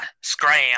scram